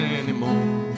anymore